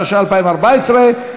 התשע"ה 2014,